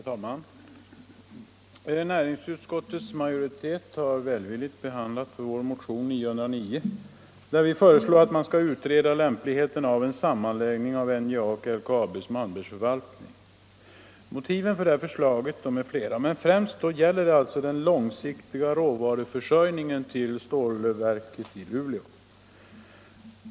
Herr talman! Näringsutskottets majoritet har välvilligt behandlat vår motion 909, där vi föreslår en utredning om lämpligheten av en sammanläggning av NJA och LKAB:s Malmbergsförvaltning. Motiven till förslaget är flera, men främst gäller det att trygga den långsiktiga råvaruförsörjningen till stålverket i Luleå.